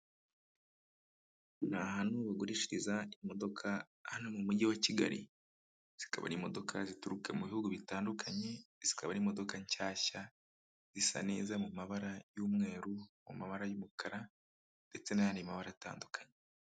Ni ahantu bagurishiriza imodoka hano mu mujyi wa Kigali, zikaba ari imodoka zituruka mu bihugu bitandukanye, zikaba ari imodoka nshyashya, zisa neza mu mabara y'umweru, mu mabara y'umukara, ndetse n'ayandi mabara atandukanye.